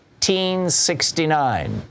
1869